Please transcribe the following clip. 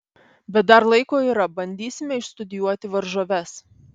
bet dar laiko yra bandysime išstudijuoti varžoves